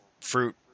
fruit